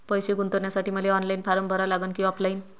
पैसे गुंतन्यासाठी मले ऑनलाईन फारम भरा लागन की ऑफलाईन?